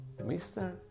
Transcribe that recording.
Mr